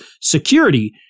security